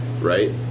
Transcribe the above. right